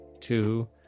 two